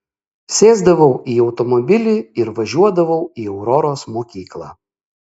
sėsdavau į automobilį ir važiuodavau į auroros mokyklą